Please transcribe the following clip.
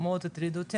מאוד הטריד אותי,